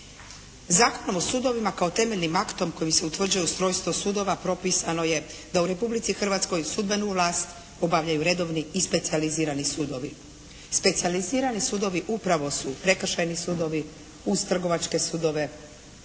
Zakon o sudovima kao temeljnim aktom kojim se utvrđuje ustrojstvo sudova propisano je da u Republici Hrvatskoj sudbenu vlast obavljaju redovni i specijalizirani sudovi. Specijalizirani sudovi upravo su prekršajni sudovi uz trgovačke sudove